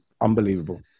unbelievable